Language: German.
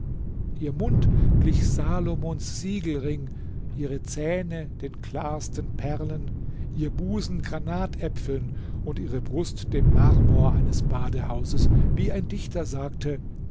ihr mund glich salomons siegelring ihre zähne den klarsten perlen ihr busen granatäpfeln und ihre brust dem marmor eines badehauses wie ein dichter sagte